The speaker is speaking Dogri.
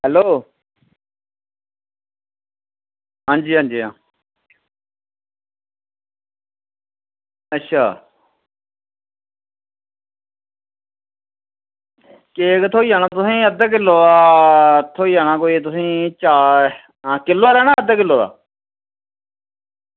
हैलो आं जी आं जी आं अच्छा केक थ्होई जाना तुसेंगी अद्धा किल्लो दा थ्होई जाना तुसेंगी कोई चार किल्लो दा लैना अद्धा किल्लो दा